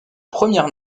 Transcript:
premières